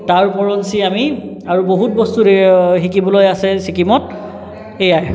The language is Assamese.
তাৰ ওপৰঞ্চি আমি আৰু বহুত বস্তু শিকিবলৈ আছে ছিকিমত সেইয়াই